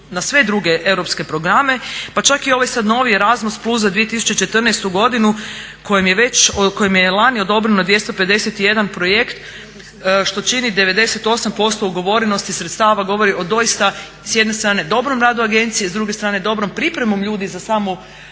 na sve druge europske programe. Pa čak i ovaj sada novi ERAZMUS Plus za 2014.godinu kojem je lani odobreno 251 projekt što čini 98% ugovorenosti sredstava govori o doista s jedne strane o dobrom radu agencije, s druge strane dobrom pripremom ljudi za samu